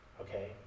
Okay